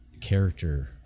character